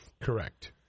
Correct